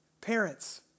parents